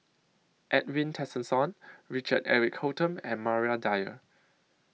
Edwin Tessensohn Richard Eric Holttum and Maria Dyer